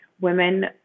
women